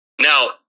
Now